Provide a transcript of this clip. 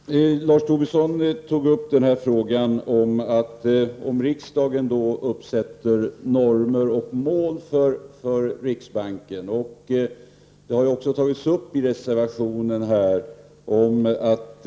Herr talman! Lars Tobisson tog upp frågan om att riksdagen sätter upp normer och mål för riksbanken. Det står också i reservationen att